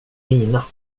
mina